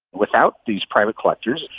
without these private collectors,